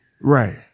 Right